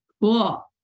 Cool